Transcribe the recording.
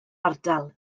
ardal